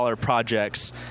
projects